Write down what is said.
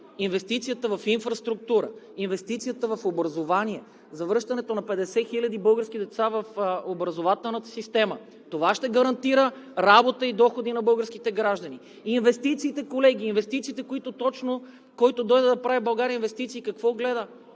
Инвестицията в инфраструктура, инвестицията в образование, завръщането на 50 хиляди български деца в образователната система – това ще гарантира работа и доходи на българските граждани. Инвестициите, колеги! Инвестициите, които точно… Който дойде да прави в България инвестиции, какво гледа